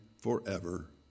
forever